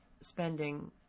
spending